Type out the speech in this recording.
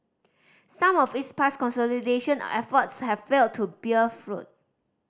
some of its past consolidation efforts have failed to bear fruit